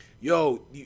Yo